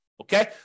Okay